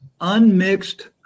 unmixed